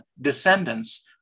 descendants